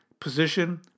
position